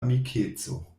amikeco